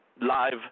live